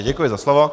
Děkuji za slovo.